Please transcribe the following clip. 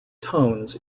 tones